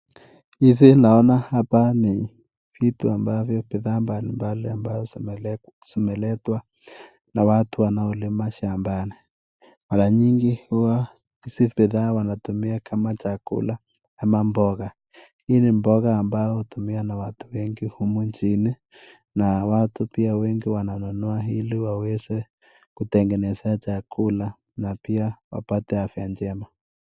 Hizi naona hapa ni vitu ambavyo bidhaa mbali mbali ambazo zimeletwa na watu wanaolima shambani. Mara nyingi hua, hizi bidhaa wanatumia kama chakula ama mboga. Hii ni mboga ambayo hutumiwa na watu wengi humu nchini na watu pia wengi wananunua ili waweze kutengenezea chakula, na pia wapate afya njema.